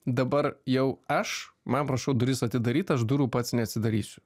dabar jau aš man prašau duris atidaryt aš durų pats neatsidarysiu